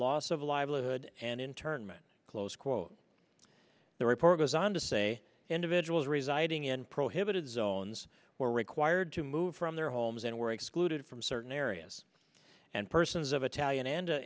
loss of livelihood and internment close quote the report goes on to say individuals residing in prohibited zones were required to move from their homes and were excluded from certain areas and persons of italian and